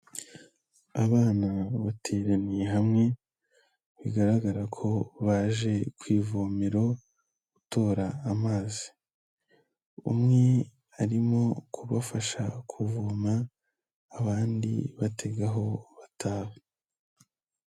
Abana bateraniye hamwe bigaragara ko baje ku ivomera gutora amazi, umwe arimo kubafasha kuvoma abandi bategaho bataha.